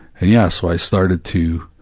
and yeah, so i started to,